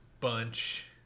bunch